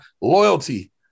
loyalty